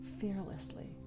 fearlessly